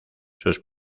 sus